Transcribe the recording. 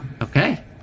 Okay